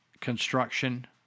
Construction